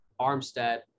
Armstead